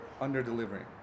under-delivering